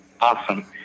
Awesome